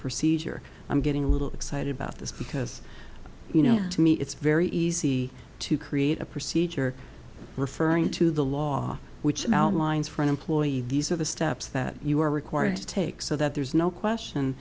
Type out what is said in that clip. procedure i'm getting a little excited about this because you know to me it's very easy to create a procedure referring to the law which lines for an employee these are the steps that you were required to take so that there's no question